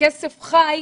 כסף חי,